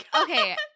okay